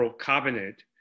cabinet